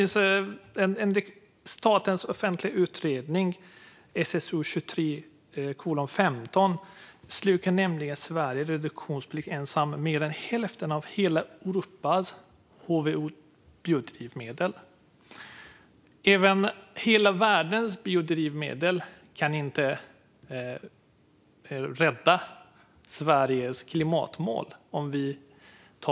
Enligt statens offentliga utredning SOU 2023:15 slukar nämligen Sveriges reduktionsplikt ensam mer än hälften av hela Europas HVO-biodrivmedel. Inte ens om vi tog hit hela världens biodrivmedel skulle det rädda Sveriges klimatmål.